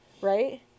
Right